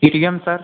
ATM sir